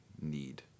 need